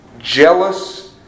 Jealous